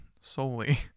solely